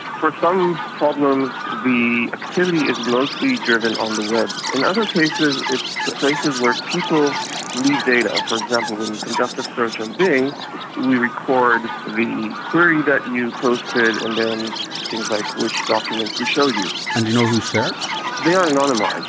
for some problems the activity is mostly driven on the web. in other cases it's places where people leave data. for example, when you conduct a search on bing we record the query that you posted and then things like which documents we showed you. and do you know who searched? they are anonymised,